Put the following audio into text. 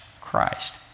Christ